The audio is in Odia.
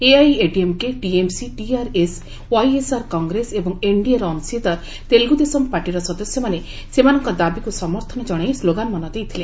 ଏଆଇଏଡିଏମ୍କେ ଟିଏମ୍ସି ଟିଆର୍ଏସ୍ ୱାଇଏସ୍ଆର୍ କଗ୍ରେସ ଏବଂ ଏନ୍ଡିଏର ଅଂଶୀଦାର ତେଲୁଗୁଦେଶମ୍ ପାର୍ଟିର ସଦସ୍ୟମାନେ ସେମାନଙ୍କ ଦାବିକୁ ସମର୍ଥନ ଜଣାଇ ସ୍କୋଗାନମାନ ଦେଇଥିଲେ